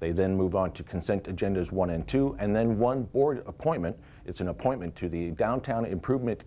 they then move on to consent agendas one and two and then one board appointment it's an appointment to the downtown improvement